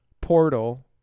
Portal